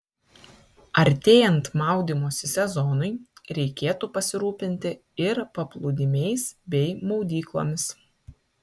artėjant maudymosi sezonui reikėtų pasirūpinti ir paplūdimiais bei maudyklomis